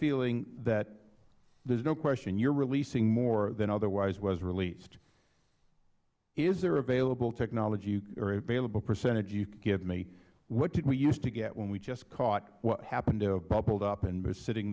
feeling that there's no question you're releasing more than otherwise was released is there available technology or an available percentage you can give me what did we used to get when we just caught what happened to have bubbled up and was sitting